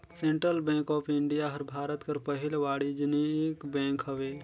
central bank of India हर भारत कर पहिल वानिज्यिक बेंक हवे